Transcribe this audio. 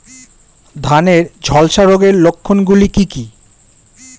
ধানের ঝলসা রোগের লক্ষণগুলি কি কি?